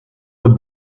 the